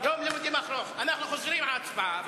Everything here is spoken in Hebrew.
אנחנו חוזרים על ההצבעה.